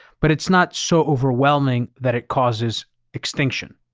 but it's not so overwhelming that it causes extinction,